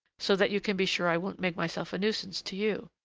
so that you can be sure i won't make myself a nuisance to you.